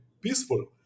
peaceful